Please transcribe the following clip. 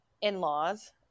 in-laws